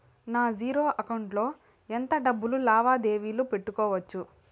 నా zero account లో ఎంత డబ్బులు లావాదేవీలు పెట్టుకోవచ్చు?